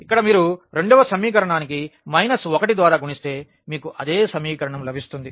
ఇక్కడ మీరు రెండవ సమీకరణాన్ని మైనస్ 1 ద్వారా గుణిస్తే మీకు అదే సమీకరణం లభిస్తుంది